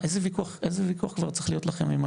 איזה וויכוח כבר צריך להיות לכם עם ה-?